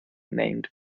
named